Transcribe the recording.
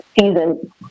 season